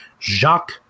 Jacques